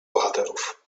bohaterów